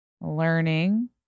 learning